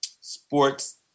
sports